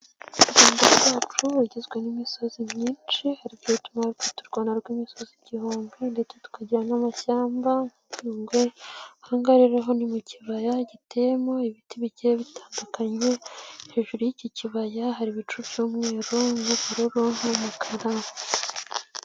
U Rwanda rwacu rugizwe n'imisozi myinshi, hari abavuga ko dufite u Rwanda rw'imisozi igihumbi ndetse tukagira n'amashyamba nka nyugwe, ahangaha rero ni mu kibaya giteyemo ibiti bike bitandukanye, hejuru y'iki kibaya hari ibicu by'umweru n'ubururu n'umukara.